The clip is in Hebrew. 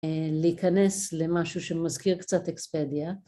להיכנס למשהו שמזכיר קצת אקספדיה